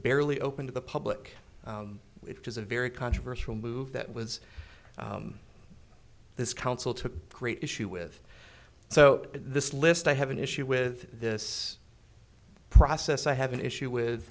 barely open to the public which is a very controversial move that was this council took great issue with so this list i have an issue with this process i have an issue with